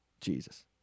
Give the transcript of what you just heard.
Jesus